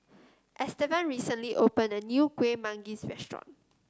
Estevan recently opened a new Kuih Manggis restaurant